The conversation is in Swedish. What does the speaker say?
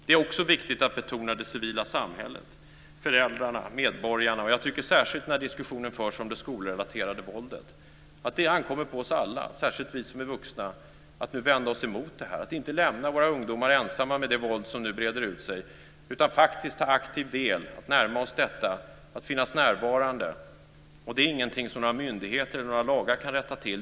Det är också viktigt att betona det civila samhället - föräldrarna, medborgarna. Och jag tycker särskilt att det gäller när diskussionen förs om det skolrelaterade våldet att det ankommer på oss alla, särskilt på oss vuxna, att vi vänder oss emot detta och inte lämnar våra ungdomar ensamma med det våld som nu breder ut sig utan faktiskt tar en aktiv del genom att närma oss detta och att finnas närvarande. Och det är ingenting som några myndigheter eller några lagar kan rätta till.